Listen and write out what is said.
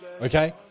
Okay